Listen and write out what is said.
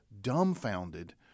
dumbfounded